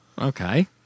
Okay